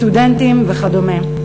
סטודנטים וכדומה.